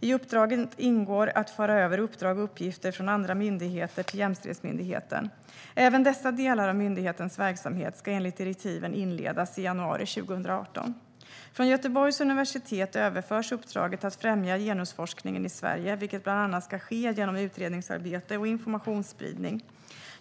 I uppdraget ingår att föra över uppdrag och uppgifter från andra myndigheter till jämställdhetsmyndigheten. Även dessa delar av myndighetens verksamhet ska enligt direktiven inledas i januari 2018. Från Göteborgs universitet överförs uppdraget att främja genusforskningen i Sverige, vilket bland annat ska ske genom utredningsarbete och informationsspridning.